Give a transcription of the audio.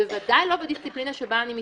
בוודאי לא בדיסציפלינה שבה אני מתמחה,